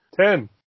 Ten